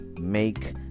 make